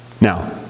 Now